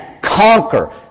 conquer